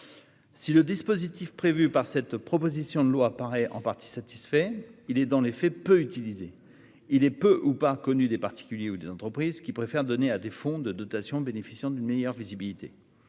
Si le dispositif prévu par cette proposition de loi paraît en partie satisfait, il est, dans les faits, peu utilisé. Il est peu ou pas connu des particuliers et des entreprises, qui préfèrent donner à des fonds de dotation bénéficiant d'une meilleure visibilité.